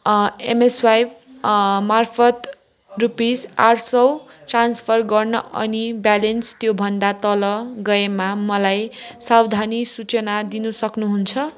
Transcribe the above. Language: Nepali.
एम स्वाइप मार्फत रुपिस आठ सय ट्रान्सफर गर्न अनि ब्यालेन्स त्यो भन्दा तल गएमा मलाई सावधानी सूचना दिनु सक्नुहुन्छ